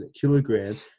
kilogram